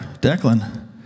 Declan